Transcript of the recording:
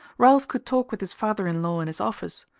ralph could talk with his father-in-law in his office,